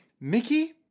Mickey